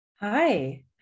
Hi